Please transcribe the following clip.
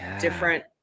different